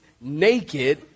naked